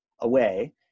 away